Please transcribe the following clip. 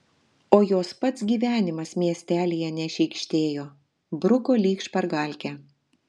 o jos pats gyvenimas miestelyje nešykštėjo bruko lyg špargalkę